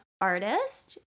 artist